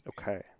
Okay